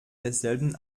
desselben